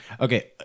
Okay